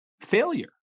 failure